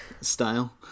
style